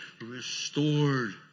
restored